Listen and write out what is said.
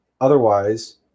Otherwise